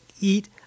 eat